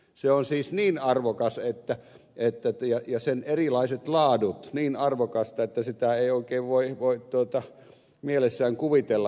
se on siis niin arvokas ja sen erilaiset laadut niin arvokkaita että sitä ei oikein voi mielessään kuvitellakaan